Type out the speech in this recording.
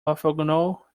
orthogonal